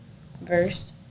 Verse